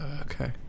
Okay